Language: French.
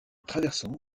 traversant